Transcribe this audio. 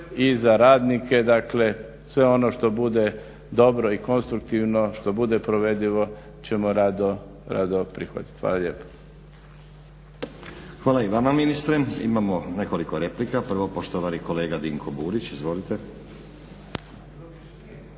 i za radnike. Dakle, sve ono što bude dobro i konstruktivno, što bude provedivo ćemo rado prihvatiti. Hvala lijepo. **Stazić, Nenad (SDP)** Hvala i vama ministre. Imamo nekoliko replika. Prvo poštovani kolega Dinko Burić. Izvolite.